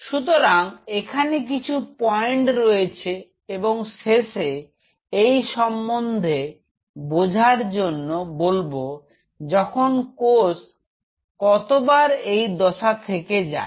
সুতরাং এখানে কিছু পয়েন্ট রয়েছে এবং শেষে এই সম্বন্ধে বোঝার জন্য বলব যখন কোষ কতবার এই দশা থেকে যায়